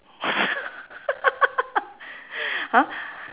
!huh!